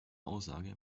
aussage